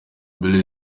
billy